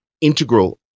integral